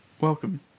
Welcome